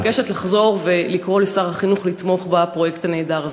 ואני מבקשת לחזור ולקרוא לשר החינוך לתמוך בפרויקט הנהדר הזה.